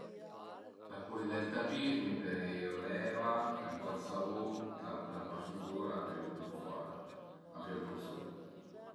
Për pulidé ël tapis mi pìerìu l'eva e ën po 'd savun, la pasu zura, pöi lu bütu fora a pìé ën po 'd sul